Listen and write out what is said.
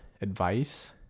advice